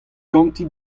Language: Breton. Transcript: ganti